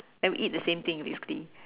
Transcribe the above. and eat the same thing basically